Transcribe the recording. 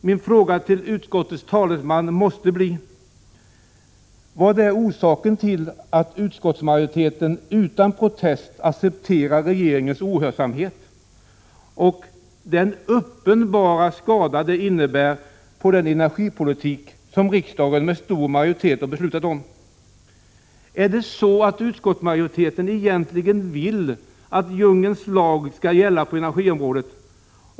Min fråga till utskottets talesman måste bli: Vad är orsaken till att utskottsmajoriteten utan protest accepterar regeringens ohörsamhet och den uppenbara skada det innebär på den energipolitik som riksdagen med stor majoritet har beslutat om? Är det så att utskottsmajoriteten egentligen vill att djungelns lag skall gälla på energiområdet?